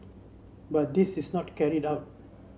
but this is not carried out